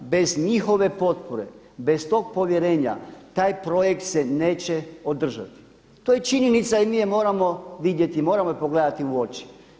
Bez njihove potpore, bez tog povjerenja taj projekt se neće održati, to je činjenica i mi je moramo vidjeti, moramo je pogledati u oči.